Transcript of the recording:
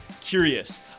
curious